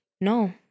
No